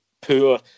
poor